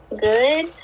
good